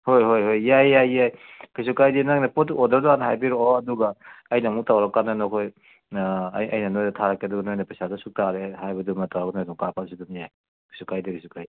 ꯍꯣꯏ ꯍꯣꯏ ꯍꯣꯏ ꯌꯥꯏ ꯌꯥꯏ ꯌꯥꯏ ꯀꯩꯁꯨ ꯀꯥꯏꯗꯦ ꯅꯪꯅ ꯄꯣꯠꯇꯨ ꯑꯣꯔꯗꯔꯗꯣ ꯍꯥꯟꯅ ꯍꯥꯏꯕꯤꯔꯛꯑꯣ ꯑꯗꯨꯒ ꯑꯩꯅ ꯑꯃꯨꯛ ꯇꯧꯔ ꯀꯥꯟꯗ ꯅꯈꯣꯏ ꯑꯩꯅ ꯅꯣꯏꯗ ꯊꯥꯔꯛꯀꯦ ꯑꯗꯨꯒ ꯅꯣꯏꯅ ꯄꯩꯁꯥꯗꯨ ꯁꯨꯛ ꯇꯥꯔꯦ ꯍꯥꯏꯕꯗꯨꯃ ꯇꯧꯔ ꯅꯣꯏ ꯑꯗꯨꯝ ꯀꯥꯄꯛꯑꯁꯨ ꯑꯗꯨꯝ ꯌꯥꯏ ꯀꯩꯁꯨ ꯀꯥꯏꯗꯦ ꯀꯩꯁꯨ ꯀꯥꯏꯗꯦ